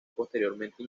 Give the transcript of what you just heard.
posteriormente